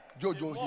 jojo